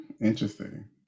Interesting